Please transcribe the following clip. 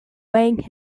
weighing